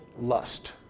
lust